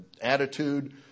attitude